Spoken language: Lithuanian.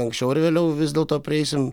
anksčiau ar vėliau vis dėlto prieisim